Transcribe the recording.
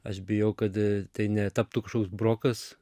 aš bijau kad tai netaptų kažkoks brokas